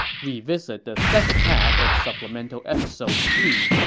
revisit the second half of supplemental episode three,